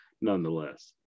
nonetheless